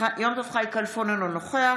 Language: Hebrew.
צבי האוזר,